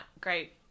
Great